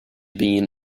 been